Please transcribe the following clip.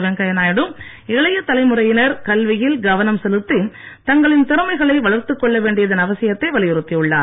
வெங்கை நாயுடு இளைய தலைமுறையினர் கல்வியில் கவனம் செலுத்தி தங்களின் திறமைகளை வளர்த்துக் கொள்ள வேண்டியதன் அவசியத்தை அவியுறுத்தியுள்ளார்